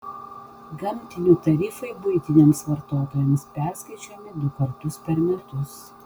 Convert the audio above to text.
gamtinių tarifai buitiniams vartotojams perskaičiuojami du kartus per metus